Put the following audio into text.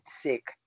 sick